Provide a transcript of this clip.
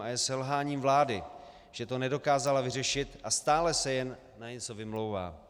A je selháním vlády, že to nedokázala vyřešit a stále se jen na něco vymlouvá.